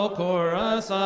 chorus